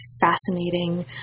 fascinating